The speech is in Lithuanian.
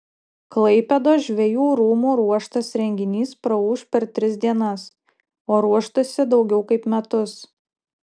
klaipėdos žvejų rūmų ruoštas renginys praūš per tris dienas o ruoštasi daugiau kaip metus